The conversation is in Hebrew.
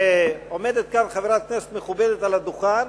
כשעומדת כאן חברת כנסת מכובדת על הדוכן